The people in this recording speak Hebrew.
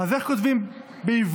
אז איך כותבים בעברית